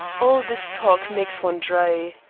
all this talk makes one dry.